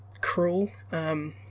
cruel